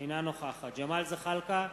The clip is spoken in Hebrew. אינה נוכחת ג'מאל זחאלקה,